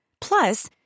Plus